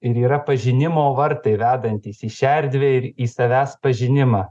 ir yra pažinimo vartai vedantys į šią erdvę ir į savęs pažinimą